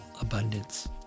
abundance